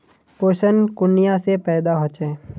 पोषण कुनियाँ से पैदा होचे?